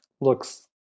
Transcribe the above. looks